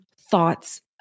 thoughts